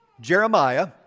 Jeremiah